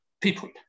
people